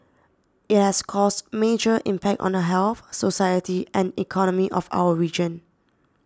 it has caused major impact on the health society and economy of our region